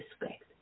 respect